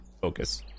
focus